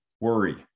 worry